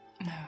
No